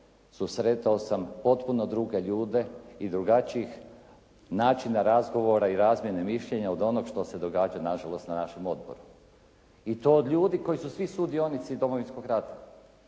Susretao sam potpuno druge ljude i drugačijih načina razgovora i razmjene mišljenja od onog što se događa nažalost na našem odboru. I to od ljudi koji su svi sudionici Domovinskog rata.